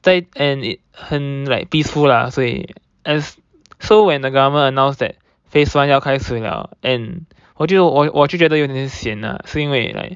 在 and it 很 like peaceful lah 所以 as so when the government announced that phase one 要开行了我就我就觉得有一点点 sian ah 是因为 like